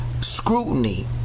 scrutiny